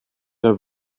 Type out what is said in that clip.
der